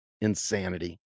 insanity